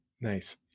Nice